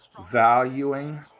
valuing